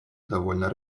довольно